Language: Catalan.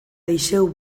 deixeu